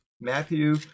Matthew